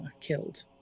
killed